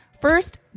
First